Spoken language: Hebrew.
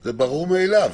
זה ברור מאליו.